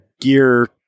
gear